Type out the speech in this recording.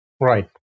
Right